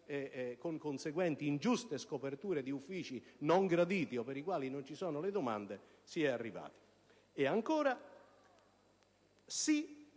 con conseguenti ingiuste scoperture di uffici non graditi o per i quali non vi sono le domande. Ancora, dico sì